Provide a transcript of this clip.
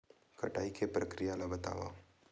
कटाई के प्रक्रिया ला बतावव?